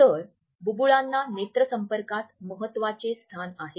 तर बुबुळांना नेत्रसंपर्कात महत्वाचे स्थान आहे